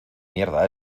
mierda